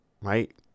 right